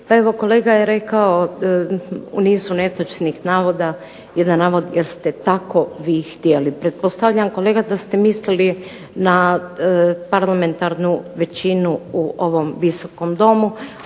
Pa evo kolega je rekao u nizu netočnih navoda jedan navod "Jer ste tako vi htjeli". Pretpostavljam kolega da ste mislili na parlamentarnu većinu u ovom Visokom domu,